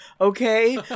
okay